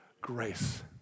grace